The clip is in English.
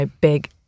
big